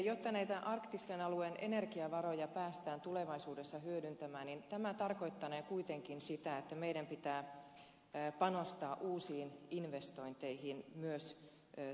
jotta arktisten alueiden energiavaroja päästään tulevaisuudessa hyödyntämään tämä tarkoittanee kuitenkin sitä että meidän pitää panostaa uusiin investointeihin myös teknologian saralla